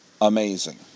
amazing